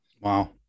Wow